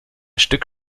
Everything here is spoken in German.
stück